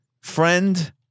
friend